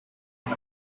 and